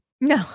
no